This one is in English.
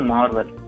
Marvel